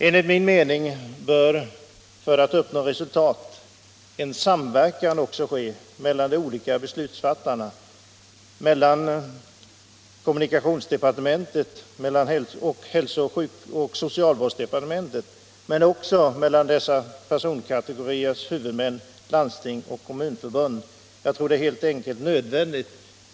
Enligt min mening bör, för att man skall uppnå resultat, en samverkan ske mellan de olika beslutsfattarna, mellan kommunikationsdepartementet och det departement som handlägger hälso och socialvårdsfrågor men munförbundet. En sådan samverkan är helt enkelt nödvändig.